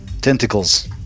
tentacles